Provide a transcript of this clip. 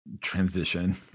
transition